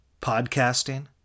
Podcasting